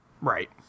Right